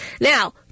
Now